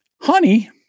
Honey